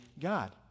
God